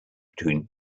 between